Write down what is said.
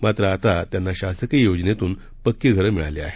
मात्र आता त्यांना शासकीय योजनेतून पक्की घरं मिळाली आहेत